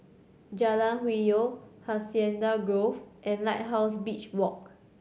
Jalan Hwi Yoh Hacienda Grove and Lighthouse Beach Walk